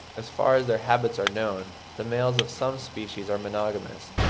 as far as their habits are known, the males of some species are monogamous,